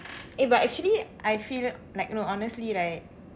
eh but actually I feel like you know honestly right